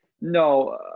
No